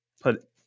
put